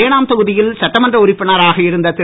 ஏனாம் தொகுதியில் சட்டமன்ற உறுப்பினராக இருந்த திரு